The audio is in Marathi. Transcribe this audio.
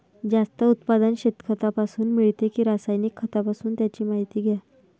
जास्त उत्पादन शेणखतापासून मिळते कि रासायनिक खतापासून? त्याची माहिती द्या